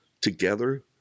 together